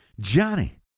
Johnny